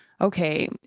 okay